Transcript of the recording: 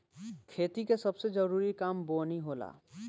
खेती के सबसे जरूरी काम बोअनी होला